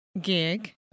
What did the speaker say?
Gig